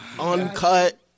uncut